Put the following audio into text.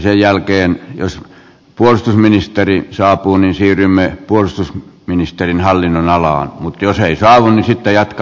sen jälkeen jos puolustusministeri saapuu siirrymme puolustusministerin hallinnonalaan mutta jos ei saavu sitten jatkamme tätä keskustelua